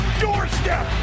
doorstep